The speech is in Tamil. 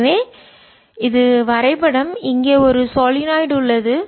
எனவே இது வரைபடம் இங்கே ஒரு சொலினாய்டு உள்ளது